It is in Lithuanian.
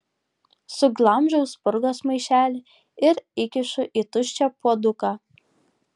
suglamžau spurgos maišelį ir įkišu į tuščią puoduką